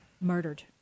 Murdered